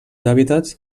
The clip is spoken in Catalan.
hàbitats